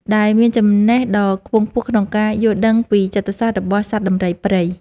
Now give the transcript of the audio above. ដែលមានចំណេះដឹងខ្ពង់ខ្ពស់ក្នុងការយល់ដឹងពីចិត្តសាស្ត្ររបស់សត្វដំរីព្រៃ។